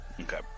Okay